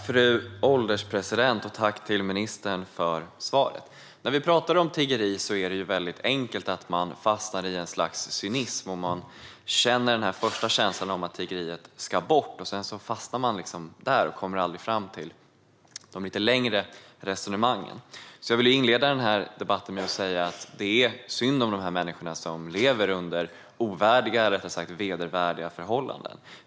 Fru ålderspresident! Tack, ministern, för svaret! När vi pratar om tiggeri är det väldigt enkelt att fastna i ett slags cynism - att känna den första känslan av att tiggeriet ska bort och sedan liksom fastna där och aldrig komma fram till de lite längre resonemangen. Jag vill därför inleda den här debatten med att säga att det är synd om dessa människor som lever under ovärdiga eller rättare sagt vedervärdiga förhållanden.